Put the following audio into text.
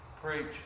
preach